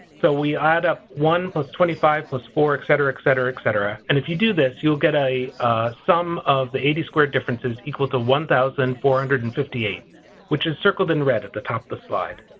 so we add up one plus twenty five plus four, et cetera, et cetera, et cetera. and if you do this you'll get a sum of the eighty square differences equal to one thousand four hundred and fifty eight which is circled in red at the top of the slide.